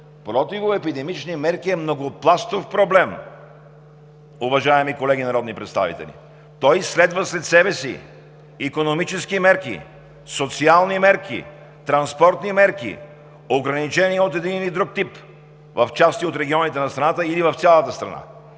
„противоепидемични мерки“ е многопластов проблем, уважаеми колеги народни представители. Той изследва след себе си икономически мерки, социални мерки, транспортни мерки, ограничения от един или друг тип в части от регионите на страната или в цялата страна,